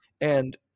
And-